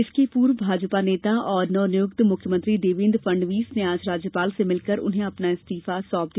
इसके पूर्व भाजपा नेता और नवनियुक्त मुख्यमंत्री देवेंद्र फडणवीस ने आज राज्यपाल से मिलकर उन्हें अपना इस्तीफा सौंप दिया